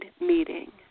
meeting